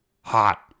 Hot